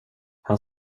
han